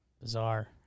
Bizarre